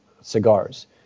cigars